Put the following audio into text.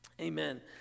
Amen